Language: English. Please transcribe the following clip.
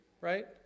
right